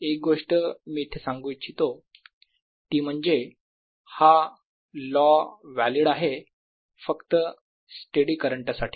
एक गोष्ट मी इथे सांगू इच्छितो ती म्हणजे हा लॉ व्हॅलिड आहे फक्त स्टेडी करंट साठी